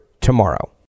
tomorrow